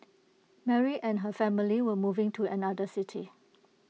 Mary and her family were moving to another city